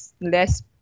less